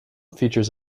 features